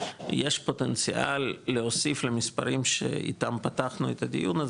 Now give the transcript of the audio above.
יש פוטנציאל להוסיף למספרים שאיתם פתחנו את הדיון הזה,